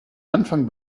anfang